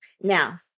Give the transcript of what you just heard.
Now